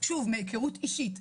מהיכרות אישית,